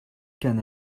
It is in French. qu’un